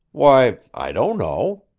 why, i don't know.